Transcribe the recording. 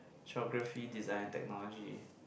Geography Design and Technology